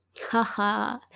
Haha